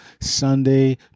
Sunday